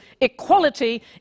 equality